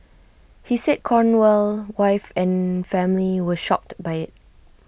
he said Cornell wife and family were shocked by IT